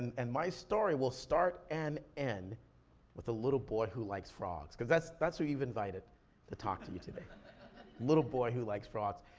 and and my story will start and end with a little boy who likes frogs, cause that's that's who you've invited to talk to you today. a little boy who likes frogs.